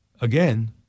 Again